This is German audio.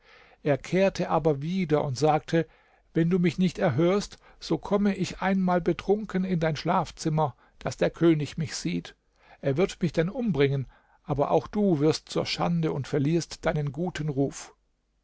er kehrte aber wieder und sagte wenn du mich nicht erhörst so komme ich einmal betrunken in dein schlafzimmer daß der könig mich sieht er wird mich dann umbringen aber auch du wirst zur schande und verlierst deinen guten ruf